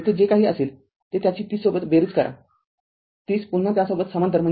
तेथे जे काही असेल ते त्याची ३० सोबत बेरीज करा ३० पुन्हा त्यासोबत समांतर आहे